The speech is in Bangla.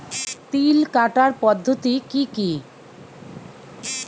তিল কাটার পদ্ধতি কি কি?